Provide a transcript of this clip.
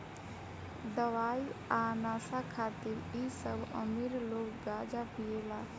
दवाई आ नशा खातिर इ सब अमीर लोग गांजा पियेला